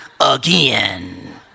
again